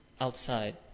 outside